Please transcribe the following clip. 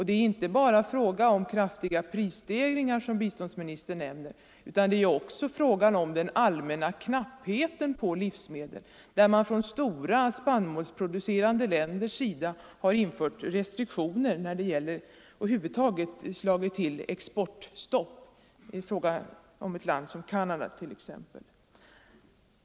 Det är inte bara fråga om kraftiga prisstegringar, som biståndsministern nämner, utan det är också fråga om en allmän knapphet på livsmedel, vilken gjort att stora spannmålsproducerande länder har infört exportrestriktioner och tagit till exportstopp. Det senare gäller t.ex. ett land som Canada.